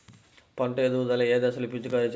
పంట ఎదుగుదల ఏ దశలో పిచికారీ చేయాలి?